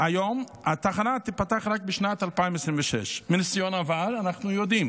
היום התחנה תיפתח רק בשנת 2026. מניסיון עבר אנחנו יודעים